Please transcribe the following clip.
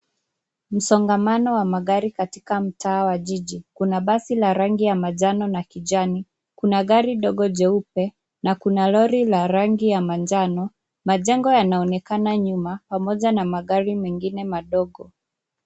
Musongamano wa magari katika mtaa wa jiji, kuna basi la rangi ya majano na kijani, kuna gari dogo jeupe na kuna lori la rangi ya manjano, majengo yanaonekana nyuma pamoja na magari mengine madogo.